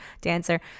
dancer